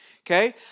Okay